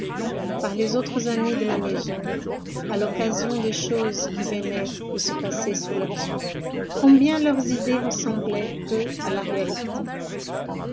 par les autres amis de la maison à l'occasion de choses qui venaient de se passer sous leurs yeux combien leurs idées ressemblaient peu à la réalité